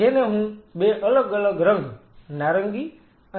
જેને હું બે અલગ અલગ રંગ નારંગી અને લીલા રંગમાં મૂકી રહ્યો છું